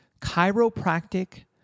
Chiropractic